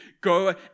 go